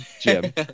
jim